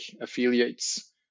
affiliates